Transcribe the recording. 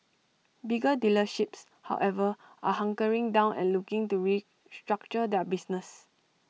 bigger dealerships however are hunkering down and looking to restructure their business